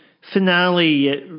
finale